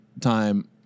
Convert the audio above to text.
time